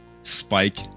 spike